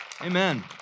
Amen